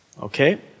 Okay